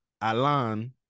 Alan